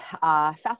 fast